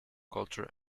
culture